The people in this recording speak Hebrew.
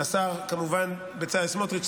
כמובן לשר בצלאל סמוטריץ',